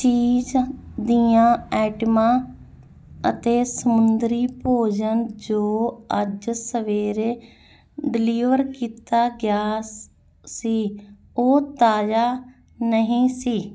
ਚੀਜ਼ ਦੀਆਂ ਆਈਟਮਾਂ ਅਤੇ ਸਮੁੰਦਰੀ ਭੋਜਨ ਜੋ ਅੱਜ ਸਵੇਰੇ ਡਿਲੀਵਰ ਕੀਤਾ ਗਿਆ ਸੀ ਉਹ ਤਾਜ਼ਾ ਨਹੀਂ ਸੀ